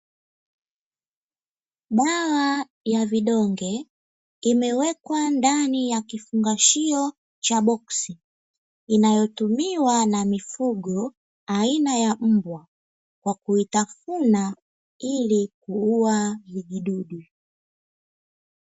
Dawa ya vidonge imewekwa ndani ya kifungashio cha boksi, inayotumiwa na mifugo aina ya mbwa kwa kuitafuna ili kuua vijidudu.